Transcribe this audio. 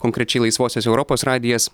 konkrečiai laisvosios europos radijas